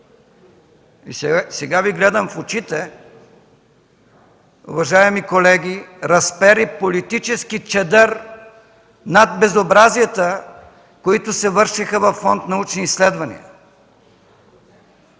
– сега Ви гледам в очите, уважаеми колеги, разпери политически чадър над безобразията, които се вършеха във Фонд „Научни изследвания”!